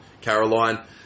Caroline